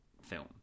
film